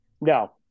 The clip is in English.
No